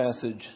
passage